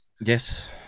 Yes